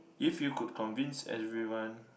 if you could convince everyone